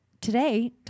Today